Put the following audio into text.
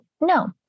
no